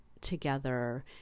together